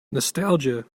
nostalgia